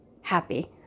happy